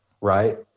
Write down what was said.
Right